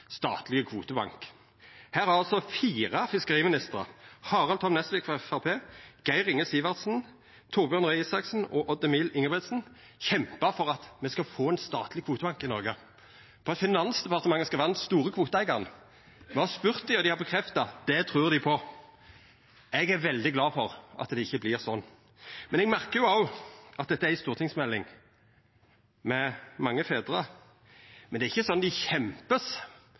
kvotebank. Her har altså fire fiskeriministrar, Harald Tom Nesvik frå Framstegspartiet, Geir Inge Sivertsen, Torbjørn Røe Isaksen og Odd Emil Ingebrigtsen, kjempa for at me skal få ein statleg kvotebank i Noreg, at Finansdepartementet skal vera den store kvoteeigaren. Me har spurt dei, og dei har bekrefta det: Det trur dei på. Eg er veldig glad for at det ikkje vert slik. Eg merkar òg at dette er ei stortingsmelding med mange fedrar, men det er ikkje sånn at dei